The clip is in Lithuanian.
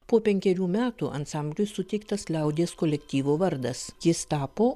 po penkerių metų ansambliui suteiktas liaudies kolektyvo vardas jis tapo